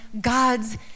God's